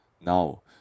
Now